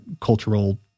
cultural